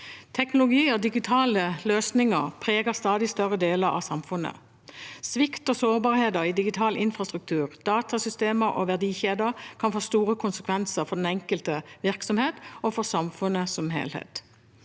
Teknologi og digitale løsninger preger stadig større deler av samfunnet. Svikt og sårbarheter i digital infrastruktur, datasystemer og verdikjeder kan få store konsekvenser for den enkelte virksomhet og for samfunnet som helhet.